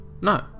No